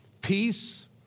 peace